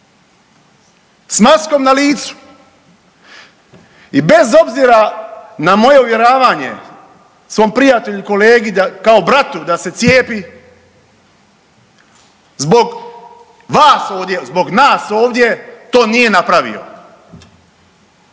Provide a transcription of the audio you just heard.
s maskom na licu i bez obzira na moje uvjerenje svom prijatelju i kolegi kao bratu da se cijepi zbog vas ovdje, zbog nas ovdje to nije napravio.